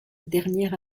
dernière